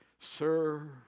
sir